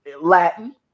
Latin